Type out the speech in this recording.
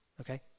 okay